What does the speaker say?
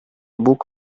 book